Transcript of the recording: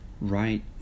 right